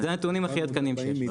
זה הנתונים הכי עדכניים שיש.